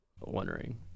wondering